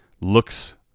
looks